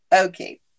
Okay